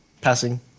passing